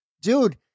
dude